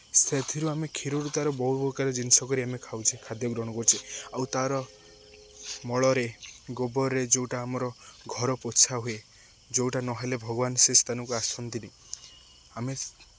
ସେଥିରୁ ଆମେ କ୍ଷୀରରୁ ତା'ର ବହୁ ପ୍ରକାର ଜିନିଷ କରି ଆମେ ଖାଉଛେ ଖାଦ୍ୟ ଗ୍ରହଣ କରୁଛେ ଆଉ ତା'ର ମଳରେ ଗୋବରରେ ଯେଉଁଟା ଆମର ଘର ପୋଛା ହୁଏ ଯେଉଁଟା ନହେଲେ ଭଗବାନ ସେ ସ୍ଥାନକୁ ଆସନ୍ତିନି ଆମେ